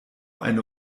eine